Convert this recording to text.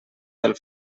del